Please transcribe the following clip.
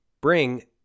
bring